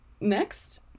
Next